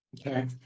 Okay